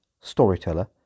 Storyteller